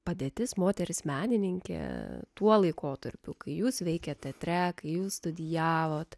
padėtis moteris menininkė tuo laikotarpiu kai jūs veikiate teatre kai jūs studijavote